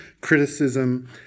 criticism